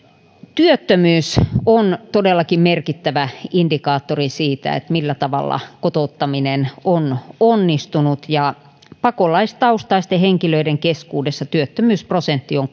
työttömyys on todellakin merkittävä indikaattori siitä millä tavalla kotouttaminen on onnistunut pakolaistaustaisten henkilöiden keskuudessa työttömyysprosentti on